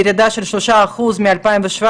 אנחנו רואים ירידה של שלושה אחוזים משנת 2017,